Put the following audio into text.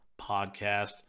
podcast